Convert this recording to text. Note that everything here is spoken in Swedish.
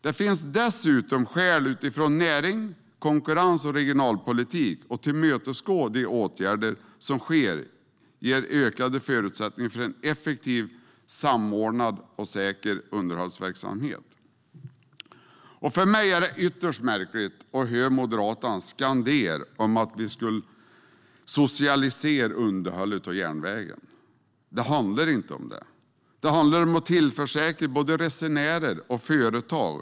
Det finns dessutom skäl utifrån närings, konkurrens och regionalpolitik att tillmötesgå de åtgärder som ger ökade förutsättningar för en effektiv, samordnad och säker underhållsverksamhet. För mig är det ytterst märkligt att höra Moderaterna skandera att vi skulle socialisera underhållet av järnvägen. Det handlar inte om det. Det handlar om både resenärer och företag.